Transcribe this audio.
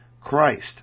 Christ